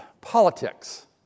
politics